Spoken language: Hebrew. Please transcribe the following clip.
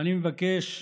שאני מבקש,